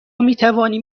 میتوانیم